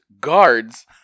guards